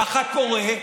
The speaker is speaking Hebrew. ככה קורה,